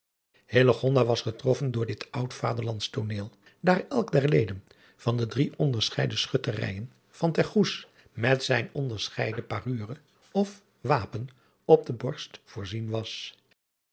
was getroffen door dit oud aderlandsch tooneel daar elk der leden van de drie onderscheiden chutterijen van ter oes met zijn onderscheiden arure of pen op de borst voorzien was